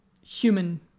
human